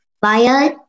fire